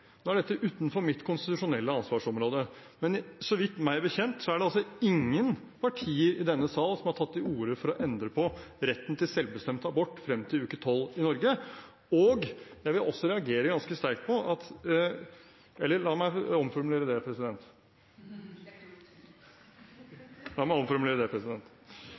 Nå er dette utenfor mitt konstitusjonelle ansvarsområde, men meg bekjent er det ingen partier i denne sal som har tatt til orde for å endre på retten til selvbestemt abort frem til uke 12 i Norge. Jeg vil også reagere ganske sterkt på – eller la meg omformulere det, president.